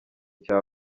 cya